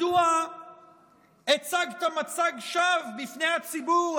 מדוע הצגת מצג שווא בפני הציבור,